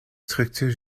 structure